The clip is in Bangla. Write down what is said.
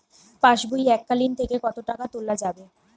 পাশবই এককালীন থেকে কত টাকা তোলা যাবে?